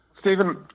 Stephen